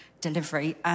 delivery